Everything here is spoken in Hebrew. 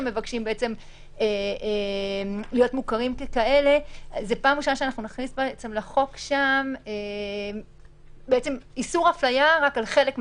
יצא מכך שאנחנו נכניס שם בפעם הראשונה איסור הפליה רק על חלק מהגופים,